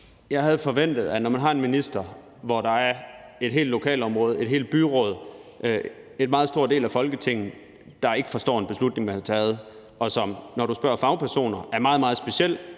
Jeg havde forventet, at man som minister reagerer, når der er et helt lokalområde, et helt byråd og en meget stor del af Folketinget, der ikke forstår en beslutning, man har taget, og som, når du spørger fagpersoner, er meget, meget speciel.